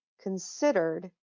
considered